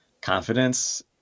confidence